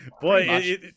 Boy